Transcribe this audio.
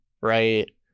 right